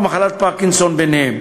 ובמחלת פרקינסון ביניהן.